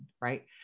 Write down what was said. right